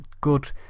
good